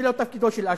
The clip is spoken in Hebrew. זה לא תפקידו של אש"ף,